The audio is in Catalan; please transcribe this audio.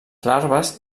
larves